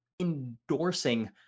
endorsing